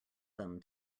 them